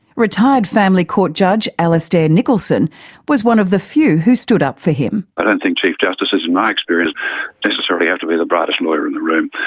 retired family court judge alastair nicholson was one of the few who stood up for him. i don't think chief justices in my experience necessarily have to be the brightest lawyer in the room.